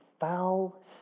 foul